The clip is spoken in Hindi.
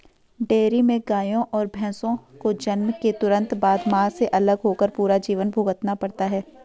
डेयरी में गायों और भैंसों को जन्म के तुरंत बाद, मां से अलग होकर पूरा जीवन भुगतना पड़ता है